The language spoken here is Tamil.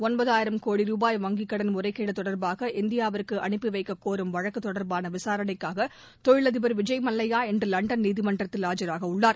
ஒன்பதாயிரம் கோடி ரூபாய் வங்கிக் கடன் முறைகேடு தொடர்பாக இந்தியாவுக்கு அனுப்பி வைக்கக் கோரும் வழக்கு தொடர்பான விசாரணைக்கா தொழிலதிபர் விஜய் மல்லையா இன்று லண்டன் நீதிமன்றத்தில் ஆஜராகவுள்ளார்